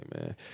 man